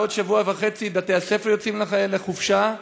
בעוד שבוע חצי מבתי-הספר יוצאים לחופשה,